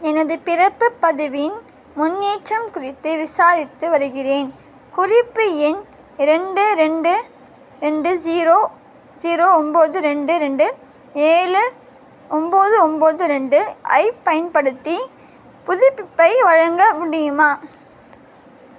எனது பிறப்புப் பதிவின் முன்னேற்றம் குறித்து விசாரித்து வருகிறேன் குறிப்பு எண் ரெண்டு ரெண்டு ரெண்டு ஸீரோ ஸீரோ ஒம்பது ரெண்டு ரெண்டு ஏழு ஒம்பது ஒம்பது ரெண்டு ஐப் பயன்படுத்தி புதுப்பிப்பை வழங்க முடியுமா